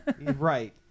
Right